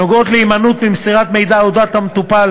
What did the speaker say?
הנוגעות להימנעות ממסירת מידע על אודות המטופל